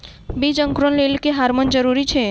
बीज अंकुरण लेल केँ हार्मोन जरूरी छै?